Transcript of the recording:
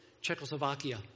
Czechoslovakia